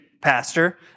pastor